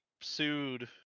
sued